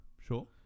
Sure